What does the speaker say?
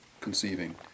conceiving